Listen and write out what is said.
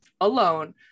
alone